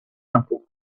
uncle